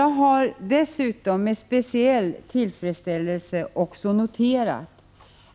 Jag har dessutom med speciell tillfredsställelse noterat